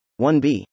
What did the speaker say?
1B